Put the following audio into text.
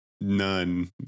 None